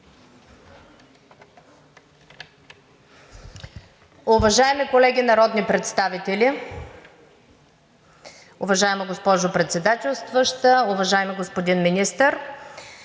Уважаеми колеги народни представители, уважаема госпожо Председателстваща! Уважаеми господин Министър,